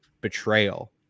betrayal